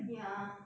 ya